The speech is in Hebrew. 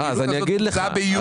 כאן הכול בוצע ביוני.